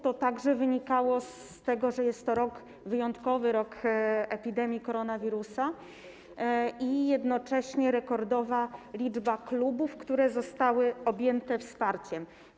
To także wynikało z tego, że jest to wyjątkowy rok epidemii koronawirusa, a jednocześnie była rekordowa liczba klubów, które zostały objęte wsparciem.